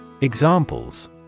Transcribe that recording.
Examples